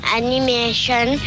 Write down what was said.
animation